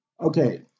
Okay